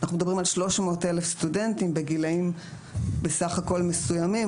אנחנו מדברים על 300 אלף סטודנטים בגילאים בסך הכל מסוימים,